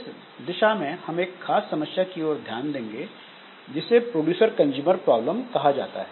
इस दिशा में हम एक खास समस्या की ओर ध्यान देंगे जिसे प्रोड्यूसर कंजूमर प्रॉब्लम कहा जाता है